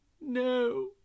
No